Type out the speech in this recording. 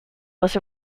was